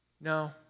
No